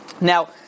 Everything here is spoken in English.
Now